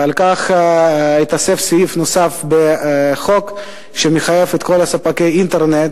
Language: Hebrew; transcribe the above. ועל כך התווסף סעיף בחוק שמחייב את כל ספקי האינטרנט,